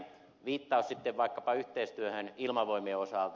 viittaus sitten vaikkapa yhteistyöhön ilmavoimien osalta